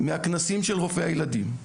מהכנסים של רופאי הילדים,